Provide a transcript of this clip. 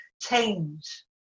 change